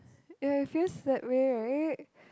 ya it feels that way right